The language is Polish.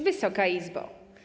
Wysoka Izbo!